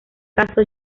caso